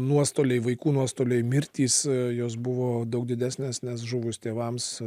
nuostoliai vaikų nuostoliai mirtys jos buvo daug didesnės nes žuvus tėvams